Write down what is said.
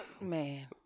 man